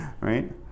right